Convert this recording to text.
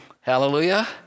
Hallelujah